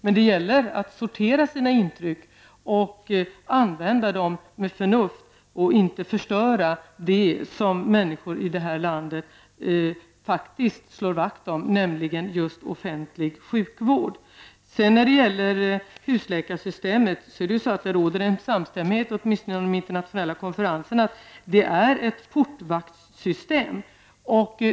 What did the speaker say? Men det gäller att sortera sina intryck och använda dem med förnuft och inte förstöra det som människor i vårt land faktiskt slår vakt om, nämligen just offentlig sjukvård. Om husläkarsystemet råder en samstämmighet, åtminstone vid de internationella konferenserna. Det är ett portvaktssystem.